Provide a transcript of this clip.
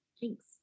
Thanks